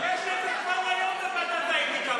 יש את זה כבר היום בוועדת האתיקה,